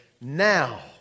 now